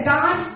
God